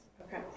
Okay